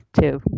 two